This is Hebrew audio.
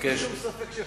אין לי שום ספק שפואד,